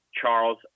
Charles